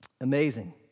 Amazing